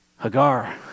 Hagar